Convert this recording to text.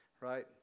right